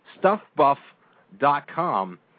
StuffBuff.com